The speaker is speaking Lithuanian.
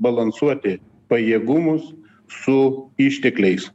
balansuoti pajėgumus su ištekliais